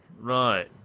Right